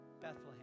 Bethlehem